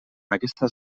aquestes